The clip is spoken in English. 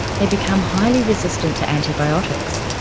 they become highly resistant to antibiotics,